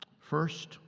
First